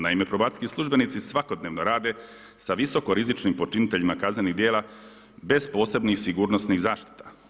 Naime probacijski službenici svakodnevno rade sa visokorizičnim počiniteljima kaznenih djela bez posebnih sigurnosnih zaštita.